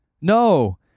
No